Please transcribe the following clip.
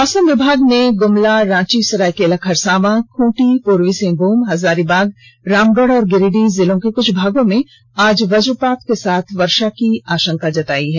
मौसम मौसम विभाग ने गुमला रांची सरायकेला खरसांवा खूंटी पूर्वी सिंहभूम हजारीबाग रामगढ़ और गिरिडीह जिलों के कुछ भागों में आज वजपात के साथ वर्षा होने की संभावना जताई है